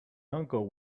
uncle